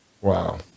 wow